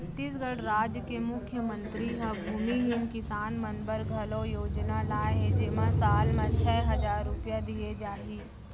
छत्तीसगढ़ राज के मुख्यमंतरी ह भूमिहीन किसान मन बर घलौ योजना लाए हे जेमा साल म छै हजार रूपिया दिये जाही